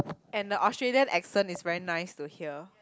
and the Australian accent is very nice to hear